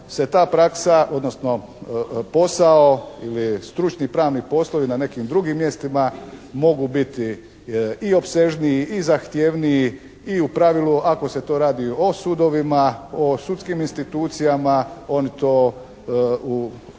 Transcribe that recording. se ta praksa, odnosno posao ili stručni pravni poslovi na nekim drugim mjestima mogu biti i opsežniji i zahtjevniji i u pravilu ako se to radi o sudovima, o sudskim institucijama, oni to u ili